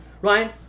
Ryan